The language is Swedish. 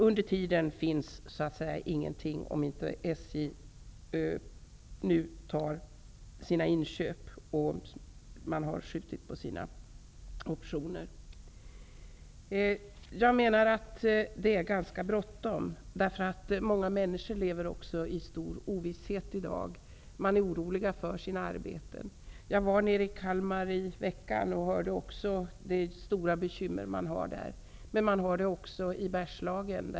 Under tiden händer det ingenting, om inte SJ nu gör sina inköp och utnyttjar sina optioner. Det är ganska bråttom. Många människor lever i dag i stor ovisshet. De är oroliga för sina arbeten. Jag var i veckan i Kalmar och fick höra vilka stora bekymmer man har där. Men man har också bekymmer i Bergslagen.